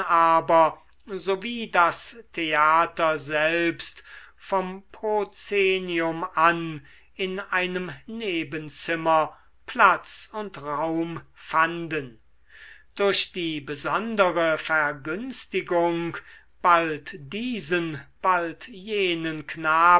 aber so wie das theater selbst vom proszenium an in einem nebenzimmer platz und raum fanden durch die besondere vergünstigung bald diesen bald jenen knaben